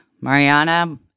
Mariana